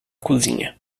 cozinha